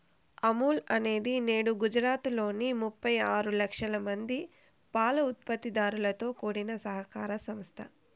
అమూల్ అనేది నేడు గుజరాత్ లోని ముప్పై ఆరు లక్షల మంది పాల ఉత్పత్తి దారులతో కూడిన సహకార సంస్థ